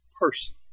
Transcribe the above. person